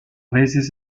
veces